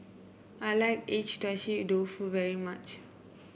I like Agedashi Dofu very much